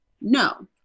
no